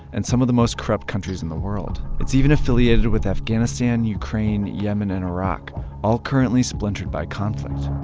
and some of the most corrupt countries in the world. it's even affiliated with, afghanistan, ukraine, yemen, and iraq all currently splintered by conflict.